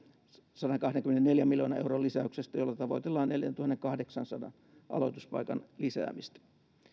sadankahdenkymmenenneljän miljoonan euron lisäyksestä jolla tavoitellaan neljäntuhannenkahdeksansadan aloituspaikan lisäämistä